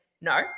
No